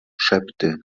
szepty